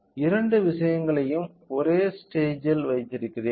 இரண்டு விஷயங்களையும் ஒரே ஸ்டேஜ் இல் வைத்திருக்கிறேன்